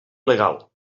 legal